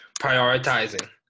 prioritizing